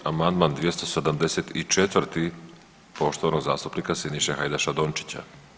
Amandman 274. poštovanog zastupnika Siniše Hajdaša Dončića.